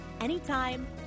Anytime